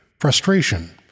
frustration